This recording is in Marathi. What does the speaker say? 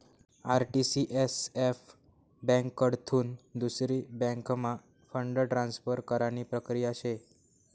आर.टी.सी.एस.एफ ब्यांककडथून दुसरी बँकम्हा फंड ट्रान्सफर करानी प्रक्रिया शे